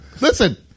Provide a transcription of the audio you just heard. listen